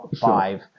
five